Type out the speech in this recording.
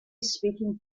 speaking